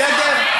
בסדר?